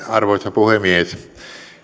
arvoisa puhemies